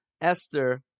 Esther